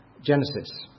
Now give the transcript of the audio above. Genesis